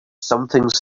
something